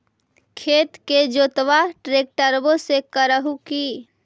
खेत के जोतबा ट्रकटर्बे से कर हू की?